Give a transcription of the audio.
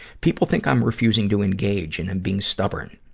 people think i'm refusing to engage and am being stubborn.